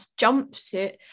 jumpsuit